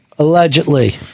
Allegedly